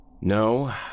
No